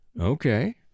Okay